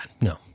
No